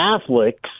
Catholics